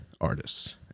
artists